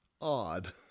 odd